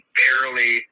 barely